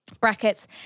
Brackets